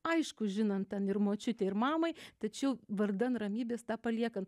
aišku žinant ten ir močiutei ir mamai tačiau vardan ramybės tą paliekant